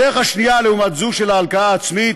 הדרך השנייה, לעומת זאת, של ההלקאה העצמית,